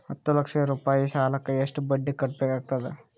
ಹತ್ತ ಲಕ್ಷ ರೂಪಾಯಿ ಸಾಲಕ್ಕ ಎಷ್ಟ ಬಡ್ಡಿ ಕಟ್ಟಬೇಕಾಗತದ?